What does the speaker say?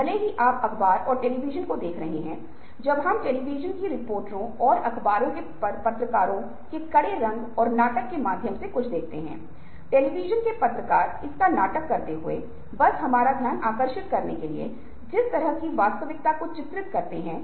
हमारे जीवन के हर क्षेत्र में हम हमेशा उन समस्याओं का सामना करते हैं जिन्हें हल करने की आवश्यकता होती है